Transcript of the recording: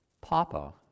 papa